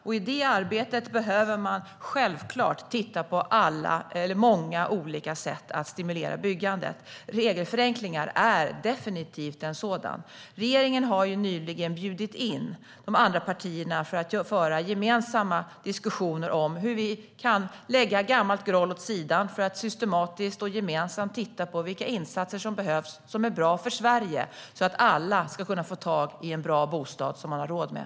I arbetet med dem behöver vi självklart titta på många olika sätt att stimulera byggandet. Regelförenklingar är definitivt en sådan. Regeringen har nyligen bjudit in de andra partierna för att föra gemensamma diskussioner om hur vi kan lägga gammalt groll åt sidan för att systematiskt och gemensamt titta på vilka insatser som behövs och är bra för Sverige så att alla ska kunna få tag i en bra bostad som man har råd med.